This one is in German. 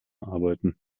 arbeiten